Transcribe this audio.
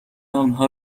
آنها